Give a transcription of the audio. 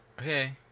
okay